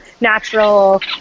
natural